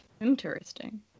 Interesting